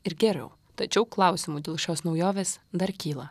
ir geriau tačiau klausimų dėl šios naujovės dar kyla